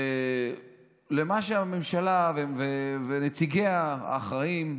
לממשלה ונציגיה האחראים,